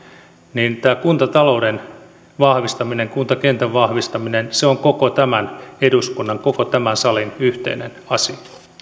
niin tämä kuntatalouden kuntakentän vahvistaminen on koko tämän eduskunnan koko tämän salin yhteinen asia